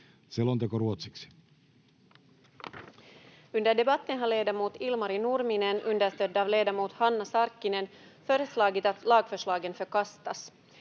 Selonteko ruotsiksi.